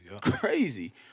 Crazy